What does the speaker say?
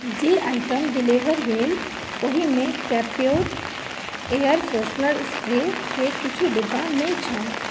जे item deliver भेल ओहिमे कैम्प्योर एयर फ्रेशनर स्प्रेके किछु डिब्बा नहि छल